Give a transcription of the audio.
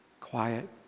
quiet